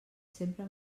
sempre